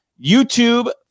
YouTube